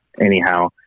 anyhow